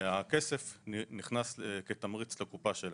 הכסף נכנס כתמריץ לקופה שלהם.